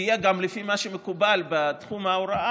יהיה גם לפי מה שמקובל בתחום ההוראה,